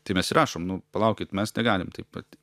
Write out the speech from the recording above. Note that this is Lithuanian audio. tai mes ir rašom nu palaukit mes negalim taip vat